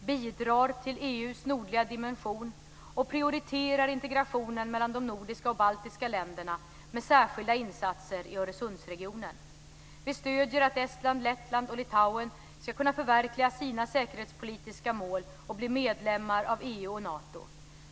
bidrar till EU:s Nordliga dimension och prioriterar integrationen mellan de nordiska och baltiska länderna, med särskilda insatser i Öresundsregionen. Vi stöder att Estland, Lettland och Litauen ska kunna förverkliga sina säkerhetspolitiska mål och bli medlemmar av EU och Nato.